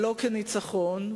לא כניצחון,